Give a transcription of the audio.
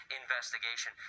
investigation